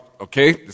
okay